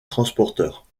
transporteurs